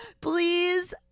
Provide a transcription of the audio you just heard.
please